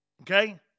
Okay